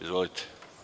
Izvolite.